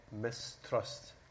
mistrust